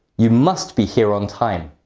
you must be here on time,